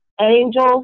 angels